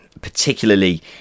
particularly